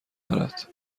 دارد